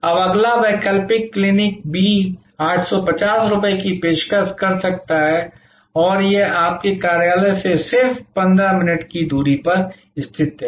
अब अगला वैकल्पिक क्लिनिक बी 850 रुपये की पेशकश कर सकता है और यह आपके कार्यालय से सिर्फ 15 मिनट की दूरी पर स्थित है